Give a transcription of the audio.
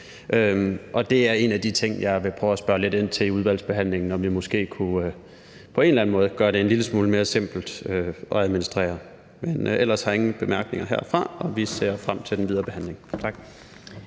og det er en af de ting, jeg vil prøve at spørge lidt ind til i udvalgsbehandlingen, i forhold til om vi måske på en eller anden måde kunne gøre det en lille smule mere simpelt at administrere. Men ellers har jeg ingen bemærkninger, og vi ser frem til den videre behandling. Tak.